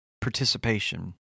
participation